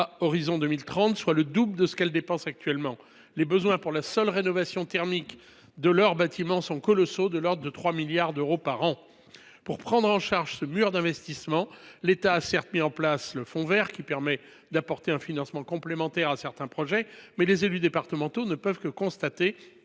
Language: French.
l’horizon de 2030, soit le double de ce qu’elles dépensent actuellement. Pour la seule rénovation thermique de leurs bâtiments, les besoins sont colossaux, de l’ordre de 3 milliards d’euros par an. Afin de faire face à ce mur d’investissement, l’État a certes mis en place le fonds vert, qui permet d’apporter un financement complémentaire à certains projets, mais les élus départementaux ne peuvent que constater